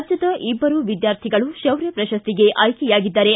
ರಾಜ್ಯದ ಇಬ್ಬರು ವಿದ್ಯಾರ್ಥಿಗಳು ಶೌರ್ಯ ಪ್ರಶಸ್ತಿಗೆ ಆಯ್ಲೆಯಾಗಿದ್ದಾರೆ